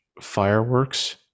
fireworks